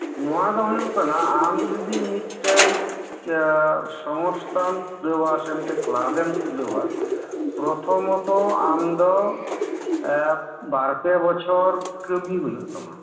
ᱱᱚᱣᱟ ᱫᱚ ᱦᱩᱭᱩᱜ ᱠᱟᱱᱟ ᱟᱢᱡᱚᱫᱤ ᱢᱤᱫᱴᱮᱡ ᱥᱚᱝᱥᱛᱟᱢ ᱠᱷᱩᱞᱟᱹᱣᱟ ᱥᱮ ᱢᱤᱫᱴᱮᱡ ᱠᱞᱟᱵᱮᱢ ᱠᱷᱩᱞᱟᱹᱣᱟ ᱯᱨᱚᱛᱷᱚ ᱢᱚᱛᱚ ᱟᱢᱫᱚ ᱵᱟᱨᱯᱮ ᱵᱚᱪᱷᱚᱨ ᱠᱟᱹᱢᱤ ᱦᱩᱭᱩᱜ ᱛᱟᱢᱟ